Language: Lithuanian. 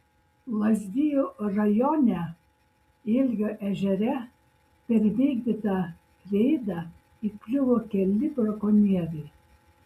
lazdijų rajone ilgio ežere per vykdytą reidą įkliuvo keli brakonieriai